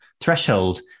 threshold